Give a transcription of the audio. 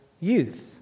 youth